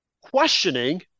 questioning